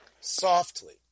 softly